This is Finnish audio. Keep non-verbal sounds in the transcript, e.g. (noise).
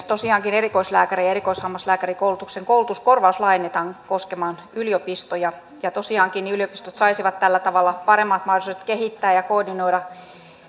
(unintelligible) tosiaankin erikoislääkäri ja erikoishammaslääkärikoulutuksen koulutuskorvaus laajennetaan koskemaan yliopistoja ja tosiaankin yliopistot saisivat tällä tavalla paremmat mahdollisuudet kehittää ja koordinoida